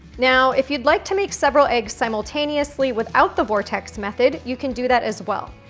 now, if you'd like to make several eggs simultaneously without the vortex method, you can do that as well.